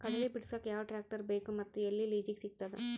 ಕಡಲಿ ಬಿಡಸಕ್ ಯಾವ ಟ್ರ್ಯಾಕ್ಟರ್ ಬೇಕು ಮತ್ತು ಎಲ್ಲಿ ಲಿಜೀಗ ಸಿಗತದ?